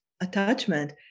Attachment